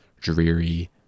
dreary